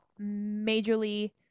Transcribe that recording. majorly